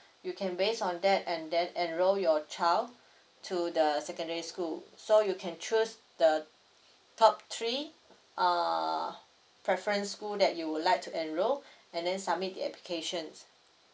you can based on that and then enroll your child to the secondary school so you can choose the top three uh preference school that you would like to enroll and then submit the application